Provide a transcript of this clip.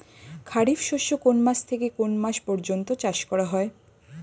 খারিফ শস্য কোন মাস থেকে কোন মাস পর্যন্ত চাষ করা হয়?